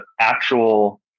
actual